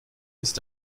ist